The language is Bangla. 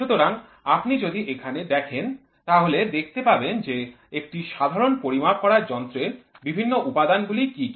সুতরাং আপনি যদি এখানে দেখেন তাহলে দেখতে পাবেন যে একটি সাধারণ পরিমাপ করার যন্ত্রের বিভিন্ন উপাদান গুলি কি কি